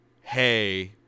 Hey